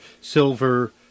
silver